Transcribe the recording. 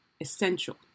essential